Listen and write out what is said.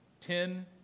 Ten